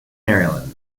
maryland